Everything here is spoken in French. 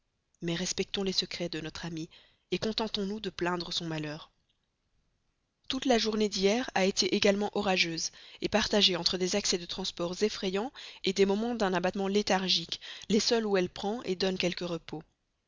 mais respectons les secrets de notre amie contentons-nous de plaindre son malheur toute la journée d'hier a été également orageuse partagée entre des accès de transport effrayant des moments d'un abattement léthargique les seuls où elle prend donne quelque repos